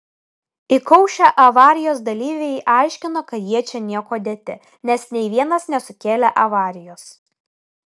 įkaušę avarijos dalyviai aiškino kad jie čia niekuo dėti nes nei vienas nesukėlė avarijos